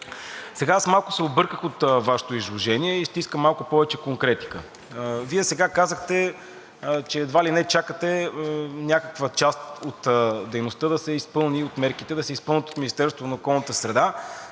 Сега, аз малко се обърках от Вашето изложение и ще искам малко повече конкретика. Вие сега казахте, че едва ли не чакате някаква част от дейността – от мерките да се изпълнят от Министерството на околната среда